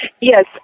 Yes